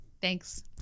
Thanks